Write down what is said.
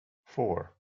four